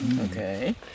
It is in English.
Okay